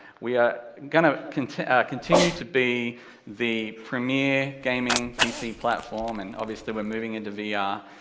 we are gonna continue continue to be the premier gaming pc platform, and obviously we're moving into vr,